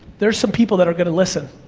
there's some people that are gonna listen.